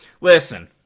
Listen